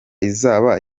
izaba